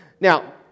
Now